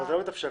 מה מתאפשר?